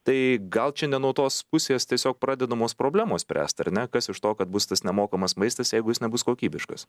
tai gal čia ne nuo tos pusės tiesiog pradedamos problemos spręsti ar ne kas iš to kad bus tas nemokamas maistas jeigu jis nebus kokybiškas